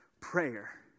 prayer